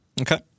Okay